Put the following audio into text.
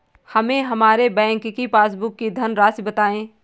हमें हमारे बैंक की पासबुक की धन राशि बताइए